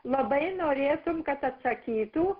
labai norėtum kad atsakytų